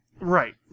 right